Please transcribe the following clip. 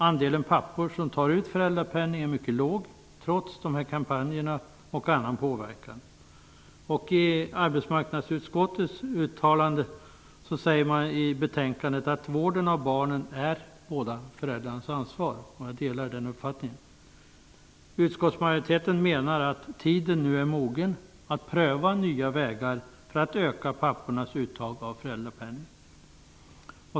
Andelen pappor som tar ut föräldrapenning är mycket låg, trots dessa kampanjer och annan påverkan. Arbetsmarknadsutskottet uttalar i sitt yttrande till detta betänkande att vården av barnen är båda föräldrarnas ansvar. Jag delar den uppfattningen. Utskottet menar att tiden nu är mogen att pröva nya vägar för att öka pappornas uttag av föräldrapenning.